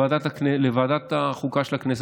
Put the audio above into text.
לוועדת החוקה של הכנסת,